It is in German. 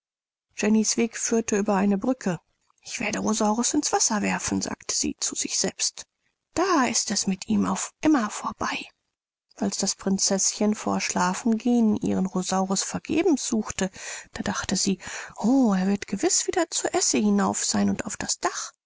weg führte über eine brücke ich werde rosaurus ins wasser werfen sagte sie zu sich selbst da ist es mit ihm auf immer vorbei als das prinzeßchen vor schlafengehen ihren rosaurus vergebens suchte da dachte sie o er wird gewiß wieder zur esse hinauf sein auf das dach